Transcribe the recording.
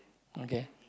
okay